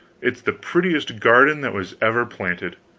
it's the prettiest garden that was ever planted.